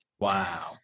Wow